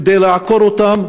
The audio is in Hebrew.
כדי לעקור אותם.